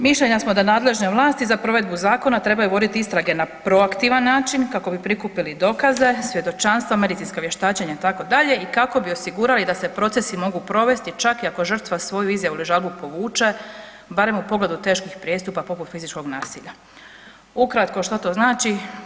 Mišljenja smo da nadležne vlasti za provedbu zakona trebaju voditi istrage na proaktivan način kako bi prikupili dokaze, svjedočanstva, medicinska vještačenja itd. i kako bi osigurali da se procesi mogu provesti čak i ako žrtva svoju izjavu ili žalbu povuče, barem u pogledu teških prijestupa poput fizičkog nasilja.“ Ukratko, što to znači?